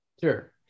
Sure